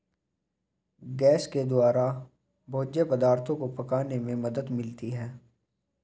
gas के द्वारा भोज्य पदार्थो को पकाने में मदद मिलती है